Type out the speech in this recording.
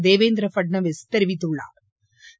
தேவேந்திர பட்னாவிஸ் தெரிவித்துள்ளா்